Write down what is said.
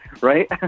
right